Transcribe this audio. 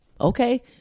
Okay